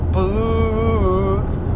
Boots